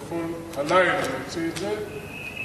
הוא יכול הלילה להוציא את זה,